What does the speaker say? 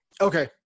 Okay